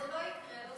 זה לא יקרה.